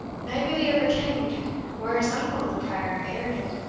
naebody ever kenn'd whare his uncle the prior earded him,